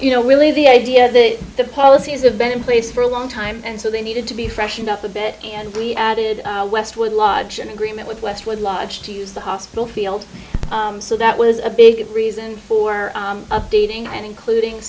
you know really the idea that the policies have been in place for a long time and so they needed to be freshened up a bit and we added westwood lodge an agreement with west would love to use the hospital field so that was a big reason for updating and including